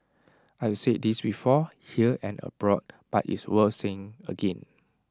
I have said this before here and abroad but it's worth saying again